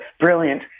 brilliant